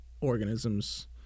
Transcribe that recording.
organisms